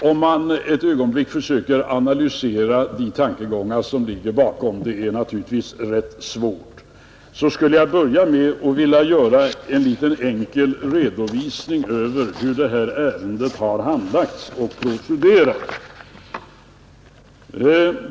Om jag ett ögonblick försöker analysera de tankegångar som ligger bakom — det är naturligtvis rätt svårt — skulle jag vilja börja med att lämna en liten enkel redovisning av hur detta ärende har handlagts och procederat.